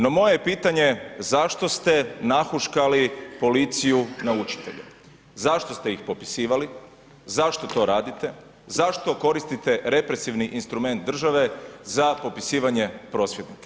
No moje je pitanje, zašto ste nahuškali policiju na učitelje, zašto ste ih popisivali, zašto to radite, zašto koristite represivni instrument države za popisivanje prosvjednika?